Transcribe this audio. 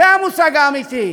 זה המושג האמיתי.